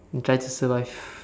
and try to survive